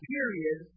Period